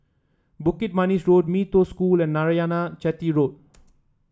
Bukit Manis Road Mee Toh School and Narayanan Chetty Road